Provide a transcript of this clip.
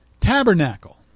Tabernacle